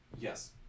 Yes